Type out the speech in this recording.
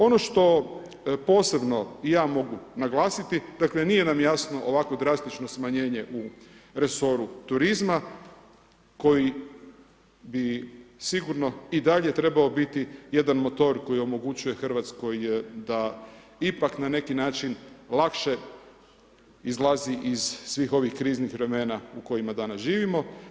Ono što posebno i ja mogu naglasiti, dakle, nije nam jasno ovakvo drastično smanjenje u resoru turizma, koji bi sigurno i dalje trebao biti jedan motor koji omogućuje Hrvatskoj da ipak na neki način lakše izlazi iz svih ovih kriznih vremena u kojima danas živimo.